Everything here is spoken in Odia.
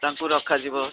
ତାଙ୍କୁ ରଖାଯିବ